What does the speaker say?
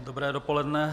Dobré dopoledne.